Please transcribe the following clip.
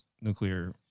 nuclear